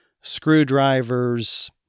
screwdrivers